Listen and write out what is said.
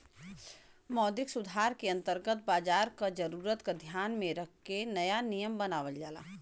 मौद्रिक सुधार के अंतर्गत बाजार क जरूरत क ध्यान में रख के नया नियम बनावल जाला